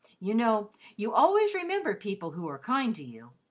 you know you always remember people who are kind to you.